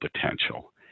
potential